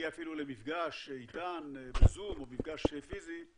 למפגש איתם, בזום או מפגש פיזי,